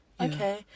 okay